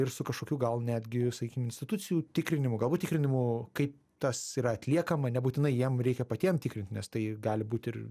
ir su kažkokiu gal netgi sakykim institucijų tikrinimu galbūt tikrinimu kaip tas yra atliekama nebūtinai jiem reikia patiem tikrint nes tai gali būt ir